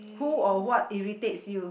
who or what irritates you